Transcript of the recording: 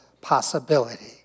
possibility